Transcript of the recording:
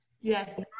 Yes